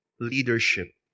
leadership